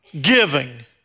giving